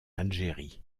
algérie